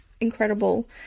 incredible